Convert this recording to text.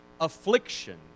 affliction